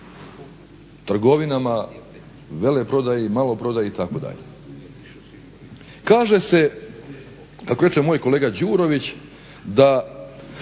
trgovinama veleprodaji, maloprodaji itd. Kaže se kako reče moj kolega Đurović da